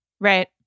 Right